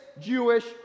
Jewish